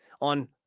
on